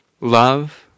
love